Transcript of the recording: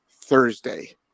Thursday